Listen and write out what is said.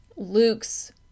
Luke's